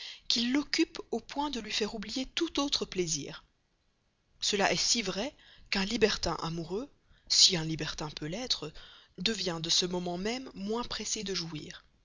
qu'il l'occupe au point de lui faire oublier tout autre plaisir cela est si vrai qu'un libertin amoureux si un libertin peut l'être devient de ce moment même moins pressé de jouir